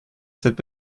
cette